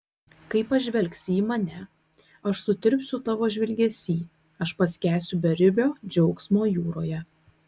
kai pažvelgsi į mane aš sutirpsiu tavo žvilgesy aš paskęsiu beribio džiaugsmo jūroje